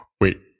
Wait